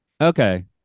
Okay